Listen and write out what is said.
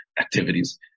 activities